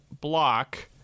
block